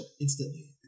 instantly